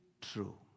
true